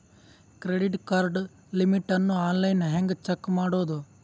Credit card limit ಅನ್ನು online ಹೆಂಗ್ check ಮಾಡೋದು?